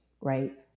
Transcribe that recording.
Right